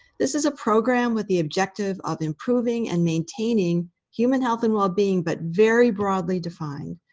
this is a program with the objective of improving and maintaining human health and well-being, but very broadly defined.